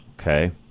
Okay